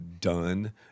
done